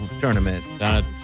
tournament